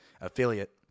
affiliate